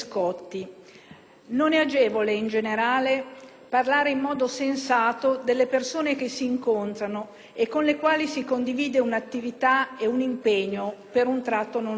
Non è agevole, in generale, parlare in modo sensato delle persone che si incontrano e con le quali si condivide un'attività e un impegno per un tratto non lungo.